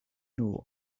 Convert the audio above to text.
knew